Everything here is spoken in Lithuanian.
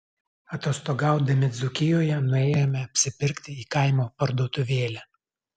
atostogaudami dzūkijoje nuėjome apsipirkti į kaimo parduotuvėlę